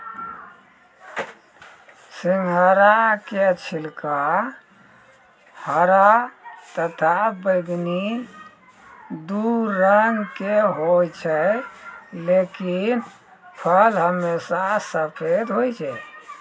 सिंघाड़ा के छिलका हरा तथा बैगनी दू रंग के होय छै लेकिन फल हमेशा सफेद होय छै